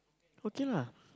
cooking lah